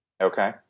Okay